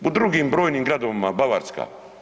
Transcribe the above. U drugim brojnim gradovima, Bavarska.